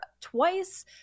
twice